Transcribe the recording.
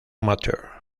amateur